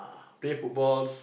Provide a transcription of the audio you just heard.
play football